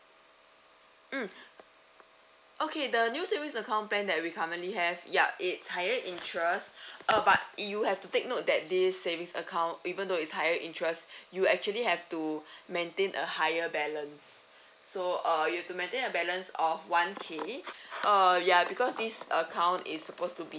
mm okay the new saving account plan that we currently have yup it's higher interest uh but you have to take note that this savings account even though is higher interest you actually have to maintain a higher balance so uh you have to maintain a balance of one K uh ya because this account is supposed to be